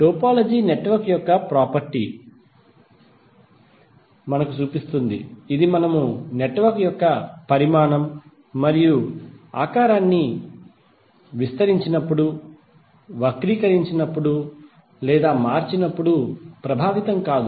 topology network యొక్క property ని మనకు చూపిస్తుంది ఇది మనము నెట్వర్క్ యొక్క పరిమాణం మరియు ఆకారాన్ని విస్తరించినప్పుడు వక్రీకరించినప్పుడు లేదా మార్చినప్పుడు ప్రభావితం కాదు